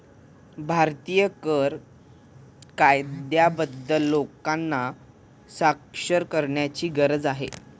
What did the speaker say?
भारतीय कर कायद्याबद्दल लोकांना साक्षर करण्याची गरज आहे